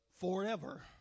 forever